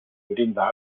brinda